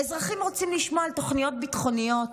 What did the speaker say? האזרחים רוצים לשמוע על תוכניות ביטחוניות,